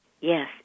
Yes